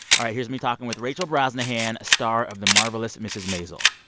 all right. here's me talking with rachel brosnahan, star of the marvelous mrs. maisel.